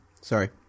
Sorry